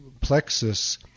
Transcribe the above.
plexus